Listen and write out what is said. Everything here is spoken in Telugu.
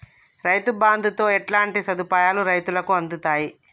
రైతు బంధుతో ఎట్లాంటి సదుపాయాలు రైతులకి అందుతయి?